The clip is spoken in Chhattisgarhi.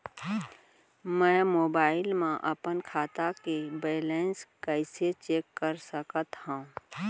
मैं मोबाइल मा अपन खाता के बैलेन्स कइसे चेक कर सकत हव?